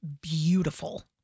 beautiful